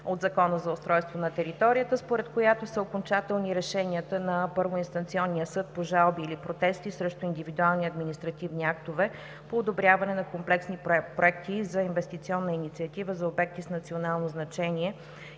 от Закона за устройство на територията, според която са окончателни решенията на първоинстанционния съд по жалби или протести срещу индивидуални административни актове по одобряване на комплексни проекти за инвестиционна инициатива за обекти с национално значение